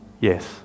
Yes